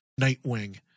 Nightwing